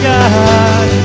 God